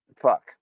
Fuck